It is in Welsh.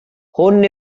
hwn